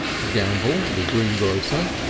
gambell, the greengrocer,